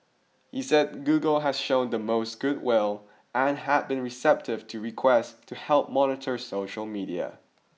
he said Google has shown the most good will and had been receptive to requests to help monitor social media